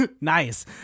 Nice